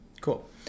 cool